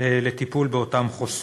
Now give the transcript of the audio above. לטיפול באותם חוסים.